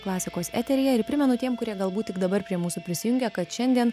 klasikos eteryje ir primenu tiem kurie galbūt tik dabar prie mūsų prisijungia kad šiandien